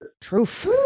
Truth